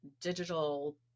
digital